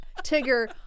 Tigger